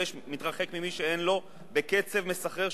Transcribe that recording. מתרחק ממי שאין לו בקצב מסחרר,